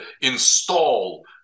install